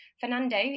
Fernando